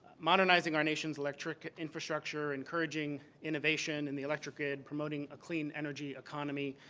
modernizing our nation's electric infrastructure, encouraging innovation in the electric grid, promoting a clean energy economy,